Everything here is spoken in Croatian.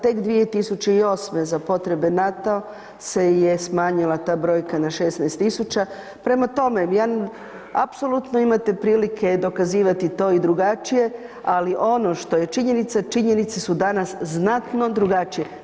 Tek za, tek 2008. za potrebe NATO se je smanjila ta brojka na 16.000, prema tome ja, apsolutno imate prilike dokazivati to i drugačije, ali ono što je činjenica, činjenice su danas znatno drugačije.